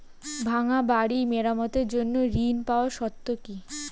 ভাঙ্গা বাড়ি মেরামতের জন্য ঋণ পাওয়ার শর্ত কি?